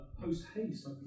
post-haste